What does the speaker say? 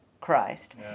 Christ